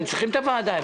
הם צריכים את הוועדה,